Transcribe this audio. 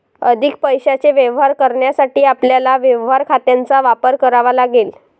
अधिक पैशाचे व्यवहार करण्यासाठी आपल्याला व्यवहार खात्यांचा वापर करावा लागेल